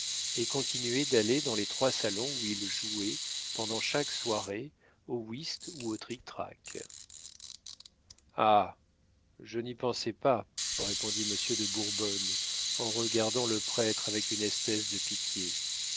et continuer d'aller dans les trois salons où il jouait pendant chaque soirée au wisth ou au trictrac ah je n'y pensais pas répondit monsieur de bourbonne en regardant le prêtre avec une espèce de pitié